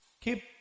Keep